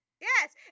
yes